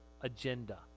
agenda